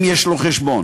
אם יש לו חשבון.